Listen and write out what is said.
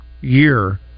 year